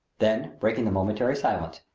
then, breaking the momentary silence,